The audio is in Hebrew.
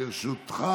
לרשותך